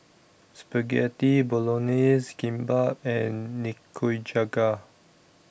Spaghetti Bolognese Kimbap and Nikujaga